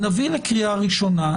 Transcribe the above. נביא לקריאה ראשונה,